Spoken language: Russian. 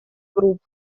групп